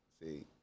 See